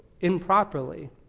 improperly